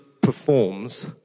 performs